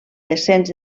descens